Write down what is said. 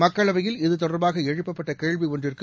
மக்களவையில் இத்தொடர்பாகஎழுப்பப்பட்டகேள்விஒன்றுக்கு